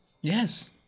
Yes